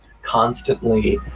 Constantly